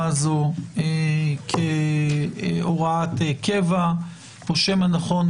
ההוראה הזו כהוראת קבע או שמא נכון,